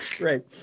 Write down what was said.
Right